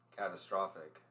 catastrophic